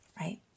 right